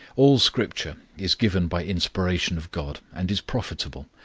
all scripture is given by inspiration of god and is profitable,